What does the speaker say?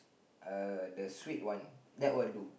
uh the sweet one that will do